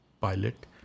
pilot